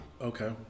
Okay